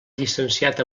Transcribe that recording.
llicenciat